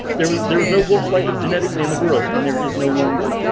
there was there was no wolf like it genetically in the world and there is no longer.